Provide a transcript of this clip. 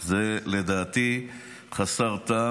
זה לדעתי חסר טעם.